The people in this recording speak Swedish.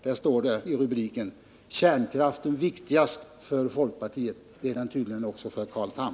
GP skriver i rubriken till sin artikel följande: ”Kärnkraften viktigast för fp.” Det gäller tydligen också för Carl Tham.